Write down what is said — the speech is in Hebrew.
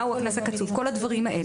מהו הקנס הקצוב לזה.